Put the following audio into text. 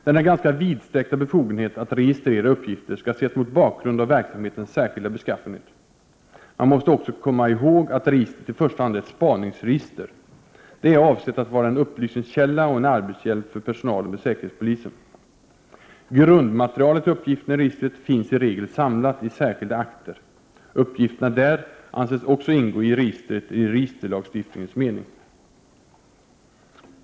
Denna ganska vidsträckta befogenhet att registrera uppgifter skall ses mot bakgrund av verksamhetens särskilda beskaffenhet. Man måste också komma ihåg att registret i första hand är ett spaningsregister. Det är avsett att vara en upplysningskälla och en arbetshjälp för personalen vid säkerhetspolisen. Grundmaterialet till uppgifterna i registret finns i regel samlat i särskilda akter. Uppgifterna där anses också ingå i registret i registerlagstiftningens mening.